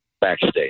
backstage